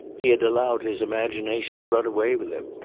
he had allowed his imagination to run away with him.